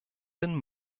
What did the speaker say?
den